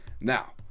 Now